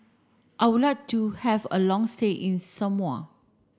I would like to have a long stay in Samoa